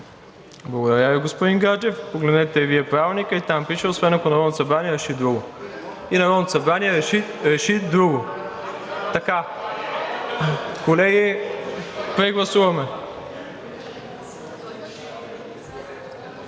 Благодаря Ви, господин Гаджев. Погледнете и Вие Правилника, там пише: „освен ако Народното събрание реши друго.“ И Народното събрание реши друго. (Шум и реплики.) Колеги, прегласуваме.